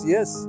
Yes